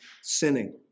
sinning